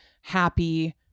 happy